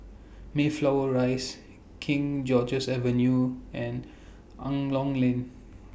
Mayflower Rise King George's Avenue and Angklong Lane